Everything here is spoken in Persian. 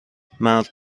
مرد